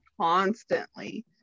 constantly